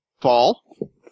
fall